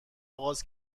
آغاز